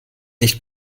nicht